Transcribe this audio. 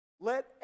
let